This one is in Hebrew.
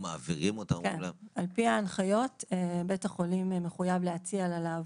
בהן אנשי צוות מזדהים